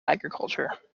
agriculture